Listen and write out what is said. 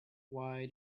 why